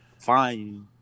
fine